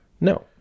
no